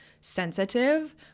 sensitive